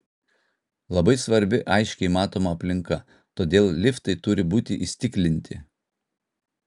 labai svarbi aiškiai matoma aplinka todėl liftai turi būti įstiklinti